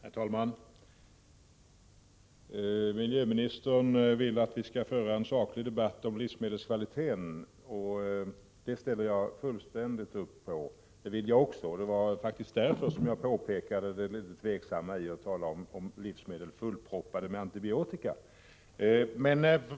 Herr talman! Miljöministern vill att vi skall föra en saklig debatt om livsmedlens kvalitet. Det ställer jag fullständigt upp på, för det vill jag också. Det var faktiskt därför jag påpekade det litet tveksamma i att tala om livsmedel fullproppade med antibiotika.